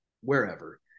wherever